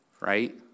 right